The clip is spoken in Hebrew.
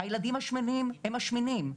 הילדים השמנים הם השמנים,